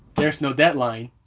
there's no deadline,